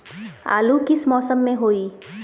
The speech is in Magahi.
आलू किस मौसम में होई?